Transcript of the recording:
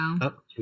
up